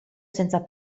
senza